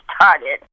started